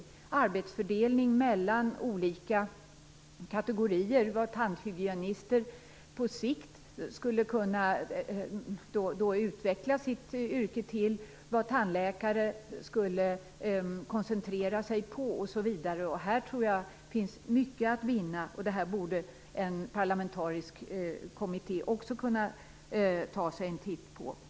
Det gäller arbetsfördelning mellan olika kategorier, och vad tandhygienister på sikt skulle kunna utveckla sitt yrke till, vad tandläkare skulle kunna koncentrera sig på osv. Här tror jag att det finns mycket att vinna. En parlamentarisk kommitté borde kunna ta sig en titt också på detta.